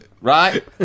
right